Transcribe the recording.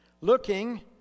looking